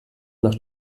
nach